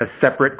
a separate